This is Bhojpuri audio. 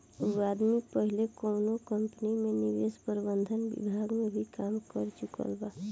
उ आदमी पहिले कौनो कंपनी में निवेश प्रबंधन विभाग में भी काम कर चुकल बा